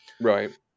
Right